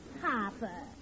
Papa